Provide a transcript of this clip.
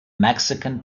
mexican